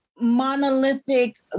monolithic